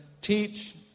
teach